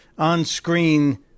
on-screen